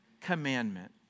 commandment